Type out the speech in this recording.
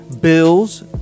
bills